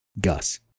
Gus